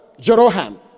jeroham